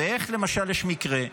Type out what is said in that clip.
ואיך למשל יש מקרה,